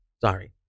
Sorry